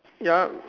yup